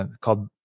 called